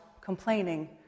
complaining